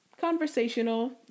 conversational